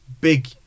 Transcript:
big